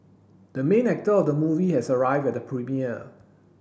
the main actor of the movie has arrived at the premiere